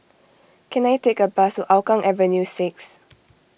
can I take a bus to Hougang Avenue six